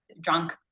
drunk